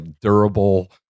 Durable